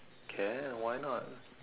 can why not